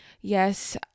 yes